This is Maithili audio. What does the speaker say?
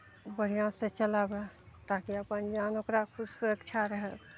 बढ़िआँसँ चलाबय ताकि अपन जान ओकरा खुद सुरक्षा रहय